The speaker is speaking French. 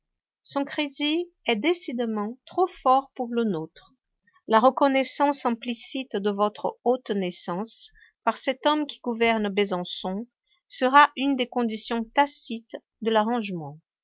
son crédit est décidément trop fort pour le nôtre la reconnaissance implicite de votre haute naissance par cet homme qui gouverne besançon sera une des conditions tacites de l'arrangement